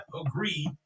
agree